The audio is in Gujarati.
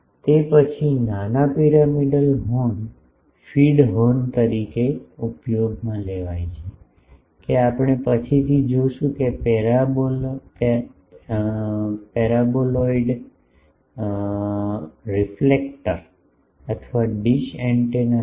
તે પછી નાના પિરામિડલ હોર્ન ફીડ હોર્ન તરીકે ઉપયોગમાં લેવાય છે કે આપણે પછીથી જોઈશું કે પેરાબોલાઇડલ રિફ્લેક્ટર અથવા ડીશ એન્ટેના માટે